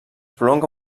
prolonga